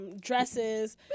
Dresses